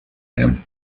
him